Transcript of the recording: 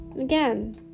Again